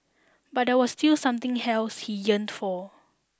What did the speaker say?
but there was still something else he yearned for